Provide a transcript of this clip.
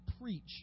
preach